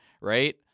right